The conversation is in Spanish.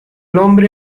hombre